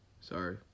Sorry